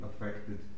affected